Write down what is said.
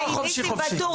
ניסים ואטורי,